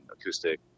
acoustic